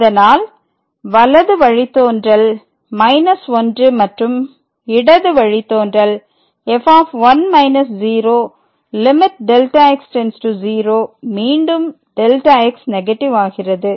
அதனால் வலது வழித்தோன்றல் 1 மற்றும் இடது வழித்தோன்றல் f லிமிட் Δx→0 மீண்டும் Δx நெகட்டிவ் ஆகிறது